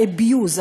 ה-abuse,